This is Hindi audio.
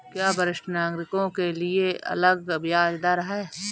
क्या वरिष्ठ नागरिकों के लिए अलग ब्याज दर है?